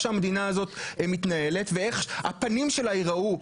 שהמדינה הזאת מתנהלת ואיך הפנים שלה ייראו,